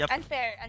Unfair